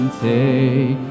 take